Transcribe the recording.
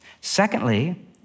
Secondly